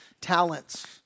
talents